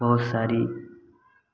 बहुत सारी